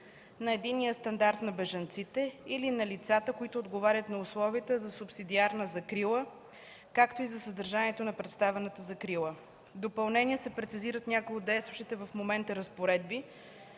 на единния стандарт на бежанците или на лицата, които отговарят на условията за субсидиарна закрила, както и за съдържанието на предоставената закрила. В допълнение се прецизират някои от действащите в момента разпоредби